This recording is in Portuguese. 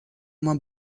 uma